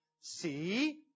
See